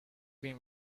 being